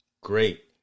great